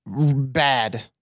bad